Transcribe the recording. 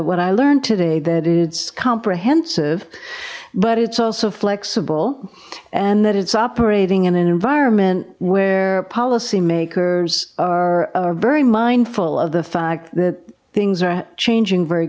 what i learned today that it's comprehensive but it's also flexible and that it's operating in an environment where policymakers are very mindful of the fact that things are changing very